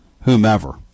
whomever